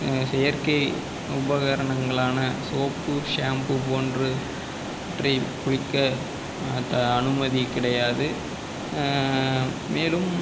செயற்கை உபகரங்களான soap shampoo போன்று வற்றை குளிக்க அனுமதி கிடையாது மேலும்